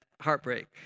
heartbreak